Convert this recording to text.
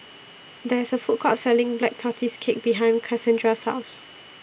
There IS A Food Court Selling Black Tortoise Cake behind Kasandra's House